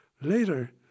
later